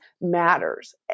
matters